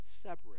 separate